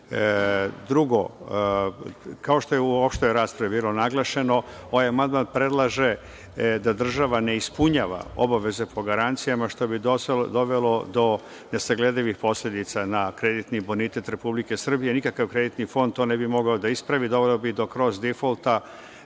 kao što je uopšte u raspravi bilo naglašeno, ovaj amandman predlaže da država ne ispunjava obaveze po garancijama, što bi dovelo do nesagledivih posledica na kreditni bonitet Republike Srbije. Nikakv kreditni fond to ne bi mogao da ispravi, doveo bi do „kros difolta“,